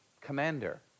commander